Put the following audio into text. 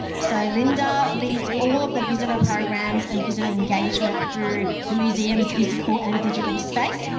so, lynda leads all of the visitor programs and visiting engagement through the museum's physical and digital space.